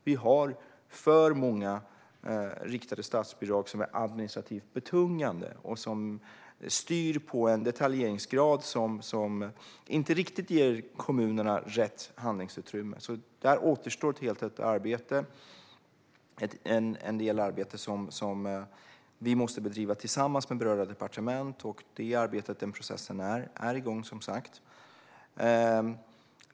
Vi har för många riktade statsbidrag som är administrativt betungande och som styr i en detaljeringsgrad som inte ger kommunerna rätt handlingsutrymme. Där återstår en del arbete, som vi måste bedriva tillsammans med berörda departement. Det arbetet och den processen är igång, som sagt.